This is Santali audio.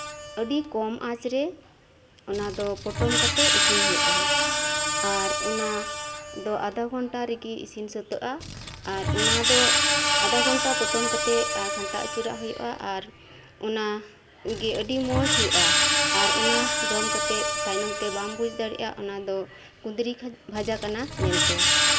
ᱟᱹᱰᱤ ᱠᱚᱢ ᱟᱸᱪᱨᱮ ᱚᱱᱟ ᱫᱚ ᱯᱚᱴᱚᱢ ᱠᱟᱛᱮᱫ ᱤᱥᱤᱱ ᱦᱩᱭᱩᱜᱼᱟ ᱟᱨ ᱚᱱᱟ ᱫᱚ ᱟᱫᱷᱟ ᱜᱷᱚᱱᱴᱟ ᱨᱮᱜᱮ ᱤᱥᱤᱱ ᱥᱟᱹᱛᱚᱜᱼᱟ ᱟᱨ ᱚᱱᱟ ᱫᱚ ᱟᱫᱷᱟ ᱜᱷᱚᱱᱴᱟ ᱯᱚᱴᱚᱢ ᱠᱟᱛᱮᱫ ᱟᱨ ᱜᱷᱟᱱᱴᱟ ᱟᱹᱪᱩᱨᱟᱜ ᱦᱩᱭᱩᱜᱼᱟ ᱟᱨ ᱚᱱᱟ ᱜᱮ ᱟᱹᱰᱤ ᱢᱚᱸᱡᱽ ᱦᱩᱭᱩᱜᱼᱟ ᱟᱨ ᱚᱱᱟ ᱡᱚᱢ ᱠᱟᱛᱮᱫ ᱵᱟᱢ ᱛᱮ ᱵᱩᱡ ᱫᱟᱲᱮᱭᱟᱜᱼᱟ ᱛᱟᱭᱚᱢᱛᱮ ᱠᱟᱛᱮᱜ ᱵᱟᱢ ᱵᱩᱡ ᱫᱟᱲᱮᱭᱟᱜᱼᱟ ᱚᱱᱟ ᱫᱚ ᱠᱩᱫᱽᱨᱤ ᱵᱷᱟᱡᱟ ᱠᱟᱱᱟ ᱢᱮᱱᱛᱮ